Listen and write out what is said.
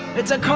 it's a